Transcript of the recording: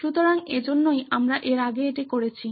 সুতরাং এজন্যই আমরা এর আগে এটি করেছি